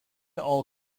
all